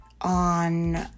on